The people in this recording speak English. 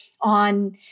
on